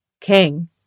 King